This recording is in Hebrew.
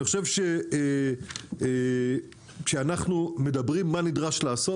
אני חושב שכשאנחנו מדברים על מה שנדרש לעשות,